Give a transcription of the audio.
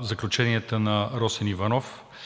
заключението на Росен Иванов